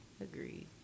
agreed